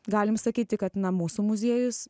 galim sakyti kad na mūsų muziejus